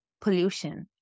pollution